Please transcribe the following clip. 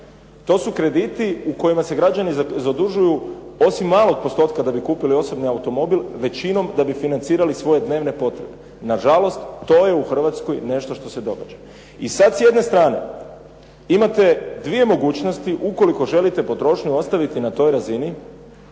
To su krediti u kojima se građani zadužuju osim malog postotka da bi kupili osobni automobil, većinom da bi financirali svoje dnevne potrebe. Nažalost, to je u Hrvatskoj nešto što se događa. I sad s jedne strane imate dvije mogućnosti ukoliko želite potrošnju ostaviti na toj razini